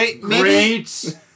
great